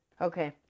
Okay